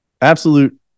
Absolute